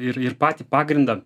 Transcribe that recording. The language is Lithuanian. ir ir patį pagrindą